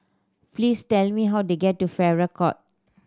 please tell me how to get to Farrer Court